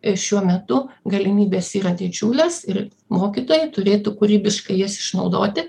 ir šiuo metu galimybės yra didžiulės ir mokytojai turėtų kūrybiškai jas išnaudoti